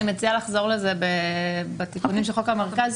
אני מציעה לחזור לזה בתיקונים של חוק המרכז.